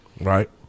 Right